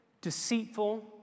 deceitful